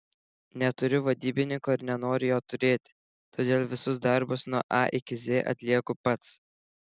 neturiu vadybininko ir nenoriu jo turėti todėl visus darbus nuo a iki z atlieku pats